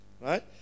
right